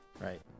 Right